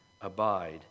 abide